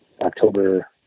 October